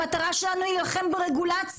המטרה שלנו היא להילחם ברגולציה.